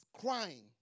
crying